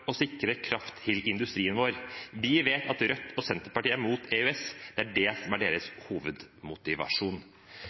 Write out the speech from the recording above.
å sikre kraft til industrien vår. Vi vet at Rødt og Senterpartiet er mot EØS, det er det som er deres hovedmotivasjon.